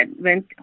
went